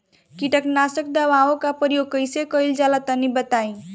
कीटनाशक दवाओं का प्रयोग कईसे कइल जा ला तनि बताई?